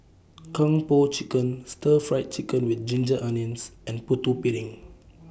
Kung Po Chicken Stir Fried Chicken with Ginger Onions and Putu Piring